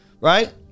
right